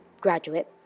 graduate